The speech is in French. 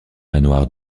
manoir